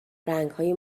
رنگهای